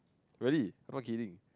really not kidding